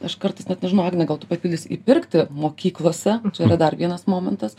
aš kartais net nežinau agne gal tu papildys įpirkti mokyklose yra dar vienas momentas